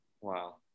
Wow